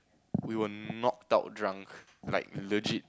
we were knocked out drunk like legit